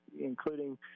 including